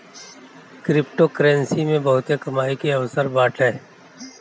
cryptocurrency मे बहुते कमाई के अवसर बाटे